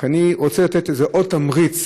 אני רק רוצה לתת עוד איזה תמריץ,